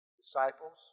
disciples